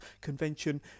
convention